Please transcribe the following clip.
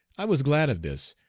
i was glad of this,